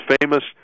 famous